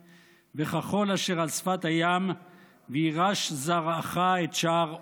וכחול אשר על שפת הים וירש זרעך את שער אֹיביו".